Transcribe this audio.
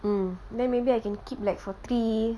mm then maybe I can keep like for three